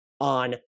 on